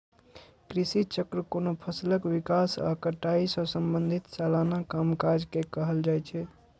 कृषि चक्र कोनो फसलक विकास आ कटाई सं संबंधित सलाना कामकाज के कहल जाइ छै